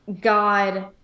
God